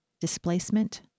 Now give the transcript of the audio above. displacement